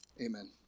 Amen